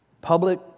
Public